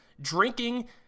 drinking